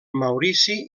maurici